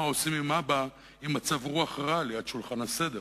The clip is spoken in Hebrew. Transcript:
מה עושים עם אבא במצב רוח רע ליד שולחן ליל הסדר?